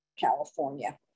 California